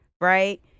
right